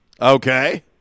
Okay